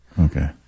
Okay